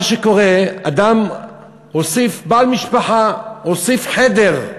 מה שקורה, אדם בעל משפחה הוסיף חדר.